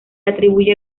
atribuye